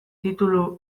titulu